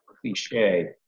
cliche